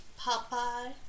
Popeye